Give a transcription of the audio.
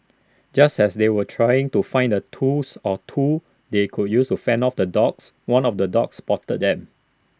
just as they were trying to find A tools or two they could use to fend off the dogs one of the dogs spotted them